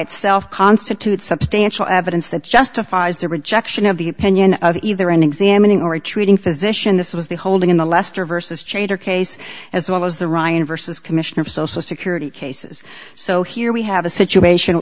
itself constitute substantial evidence that justifies the rejection of the opinion of either an examining or a treating physician this was the holding in the leicester versus chaytor case as well as the ryan versus commission of social security cases so here we have a situation